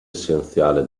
essenziale